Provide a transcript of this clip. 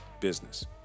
business